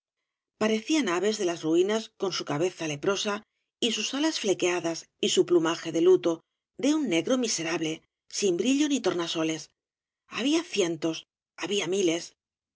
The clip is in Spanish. parecían aves de las ruinas xt obrasde valle nclan con su cabeza leprosa y sus alas flequeadas y su plumaje de luto de un negro miserable sin brillo ni tornasoles había cientos había miles